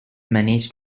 managed